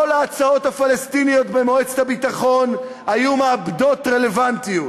כל ההצעות הפלסטיניות במועצת הביטחון היו מאבדות רלוונטיות,